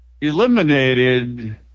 eliminated